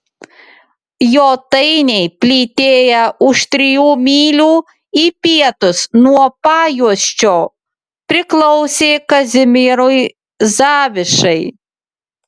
jotainiai plytėję už trijų mylių į pietus nuo pajuosčio priklausė kazimierui zavišai